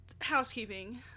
Housekeeping